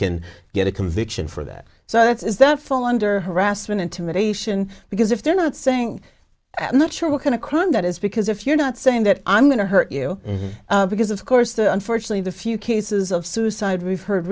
can get a conviction for that so it is that fall under harassment intimidation because if they're not saying i'm not sure what kind of crime that is because if you're not saying that i'm going to hurt you because of course the unfortunately the few cases of suicide we've heard